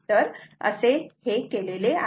तर अशाप्रकारे हे केले आहे